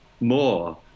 more